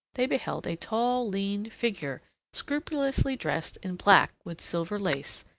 they beheld a tall, lean figure scrupulously dressed in black with silver lace,